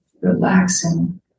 relaxing